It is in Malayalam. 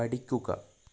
പഠിക്കുക